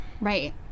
Right